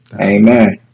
Amen